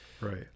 Right